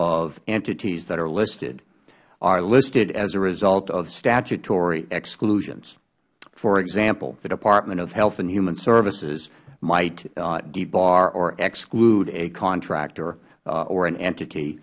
of entities that are listed are listed as a result of statutory exclusions for example the department of health and human services might debar or exclude a contractor or an entity